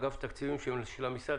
אגף התקציבים של המשרד.